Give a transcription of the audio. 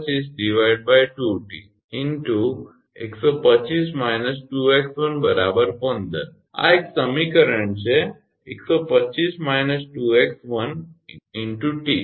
8 × 125 2𝑇125 − 2𝑥1 15 આ એક સમીકરણ છે 125 − 2𝑥1 𝑇 0